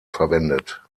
verwendet